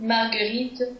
Marguerite